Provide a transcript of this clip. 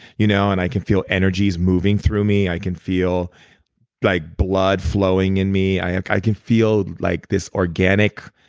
you know and i can feel energies moving through me. i can feel like blood flowing in me. i i can feel like this organic.